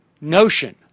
notion